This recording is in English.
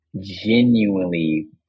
genuinely